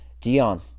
Dion